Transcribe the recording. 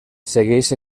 segueix